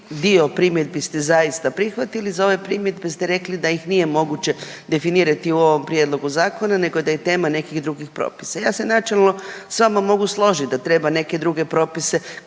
dio primjedbi ste zaista prihvatili za ove primjedbe ste rekli da ih nije moguće definirati u ovom prijedlogu zakona nego da je tema nekih drugih propisa. Ja se načelno s vama mogu složiti da treba neke druge propise